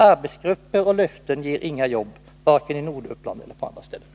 Arbetsgrupper och löften ger inga jobb, varken i Norduppland eller på andra ställen.